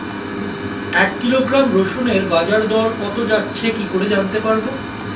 এক কিলোগ্রাম রসুনের বাজার দর কত যাচ্ছে কি করে জানতে পারবো?